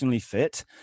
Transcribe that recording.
fit